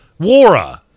Wara